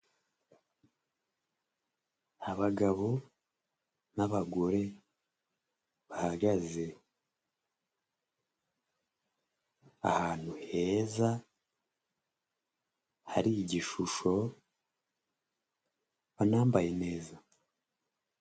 Abagabo n'abagore bahagaze ahantu heza hari igishusho, banambaye neza.